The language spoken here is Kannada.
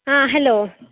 ಹಾಂ ಹಲೋ